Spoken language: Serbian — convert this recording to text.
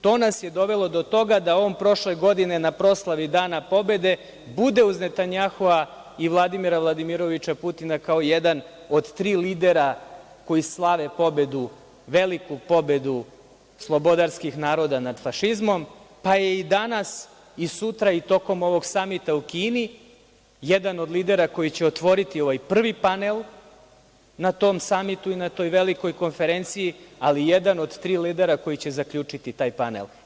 To nas je dovelo do toga da on prošle godine na proslavi Dana pobede bude uz Netanjahua i Vladimira Vladimiroviča Putina kao jedan od tri lidera koji slave pobedu, veliku pobedu slobodarskih naroda nad fašizmom, pa je i danas i sutra i tokom ovog samita u Kini jedan od lidera koji će otvoriti ovaj prvi panel na tom samitu i na toj velikoj konferenciji, ali i jedan od tri lidera koji će zaključiti taj panel.